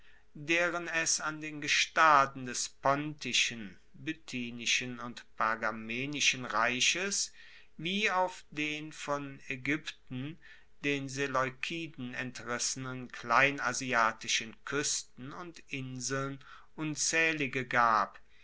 deren es an den gestaden des pontischen bithynischen und pergamenischen reiches wie auf den von aegypten den seleukiden entrissenen kleinasiatischen kuesten und inseln unzaehlige gab